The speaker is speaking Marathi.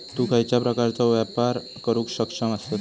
तु खयच्या प्रकारचो व्यापार करुक सक्षम आसस?